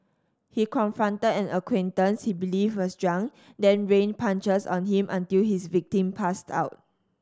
he confronted an acquaintance he believed was drunk then rained punches on him until his victim passed out